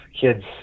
kids